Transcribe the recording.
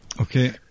Okay